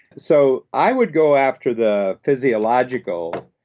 so i would go after the physiological